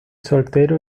soltero